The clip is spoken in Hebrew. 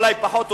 אולי פחות,